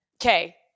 Okay